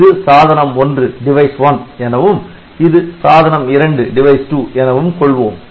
இது சாதனம் 1 எனவும் இது சாதனம் 2 எனவும் கொள்வோம்